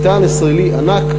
ביתן ישראלי ענק,